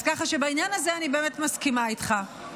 אז ככה שבעניין הזה אני באמת מסכימה איתך.